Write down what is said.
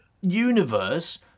universe